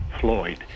Floyd